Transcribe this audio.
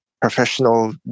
professional